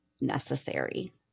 necessary